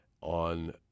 On